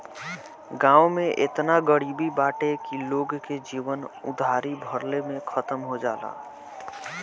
गांव में एतना गरीबी बाटे की लोग के जीवन उधारी भरले में खतम हो जाला